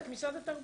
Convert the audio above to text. את משרד התרבות.